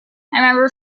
remember